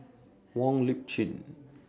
Wong Lip Chin